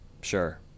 Sure